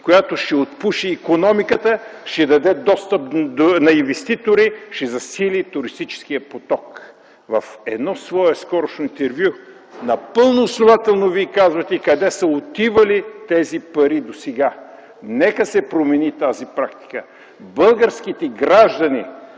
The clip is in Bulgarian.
която ще отпуши икономиката, ще даде достъп на инвеститори, ще засили туристическия поток. В едно свое скорошно интервю напълно основателно Вие казвате къде са отивали тези пари досега. Нека се промени тази практика. Българските граждани